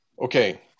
Okay